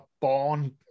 born